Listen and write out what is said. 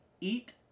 eat